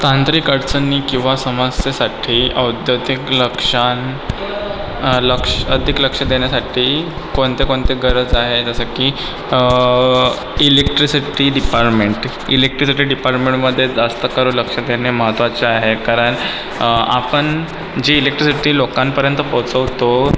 तांत्रिक अडचणी किंवा समस्येसाठी औद्योगिक लक्षण लक्ष अधिक लक्ष देण्यासाठी कोणत्या कोणत्या गरज आहे जसं की इलेक्ट्रिसिटी डिपारमेंट इलेक्ट्रिसिटी डिपारमेंटमधे जास्त करून लक्ष देणे महत्त्वाचे आहे कारण आपण जी इलेक्ट्रिसिटी लोकांपर्यंत पोहचवतो